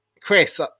chris